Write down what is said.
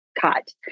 cut